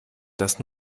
das